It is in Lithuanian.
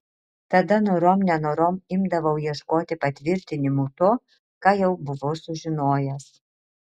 tada norom nenorom imdavau ieškoti patvirtinimų to ką jau buvau sužinojęs